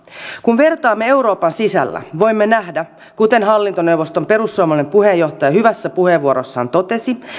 kun vertaamme euroopan sisällä voimme nähdä kuten hallintoneuvoston perussuomalainen puheenjohtaja hyvässä puheenvuorossaan totesi